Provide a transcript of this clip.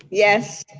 yes.